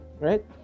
right